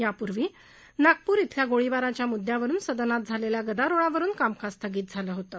त्यापूर्वी नागपूर अल्या गोळीबाराच्या मुद्यावरून सदनात झालेल्या गदारोळावरून कामकाज स्थगित झालं होतं